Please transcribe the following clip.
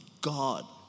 God